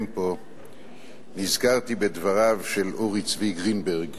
פה נזכרתי בדבריו של אורי צבי גרינברג,